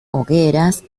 hogueras